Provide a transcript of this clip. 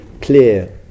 clear